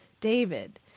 David